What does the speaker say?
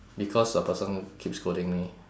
because the person keep scolding me